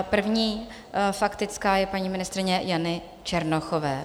První faktická je paní ministryně Jany Černochové.